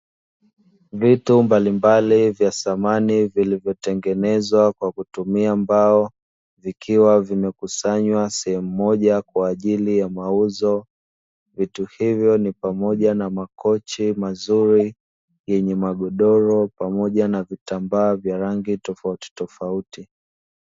Vitu mbalimbali vya samani vilivyo tengenezwa kwa kutumia mbao, vikiwa vimekusanywa sehemu moja kwa ajili ya mauzo, vitu hivyo ni pamoja na makochi mazuri, yenye magodoro pamoja na vitambaa vya ragi tofautitofauti.